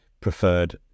preferred